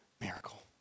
miracle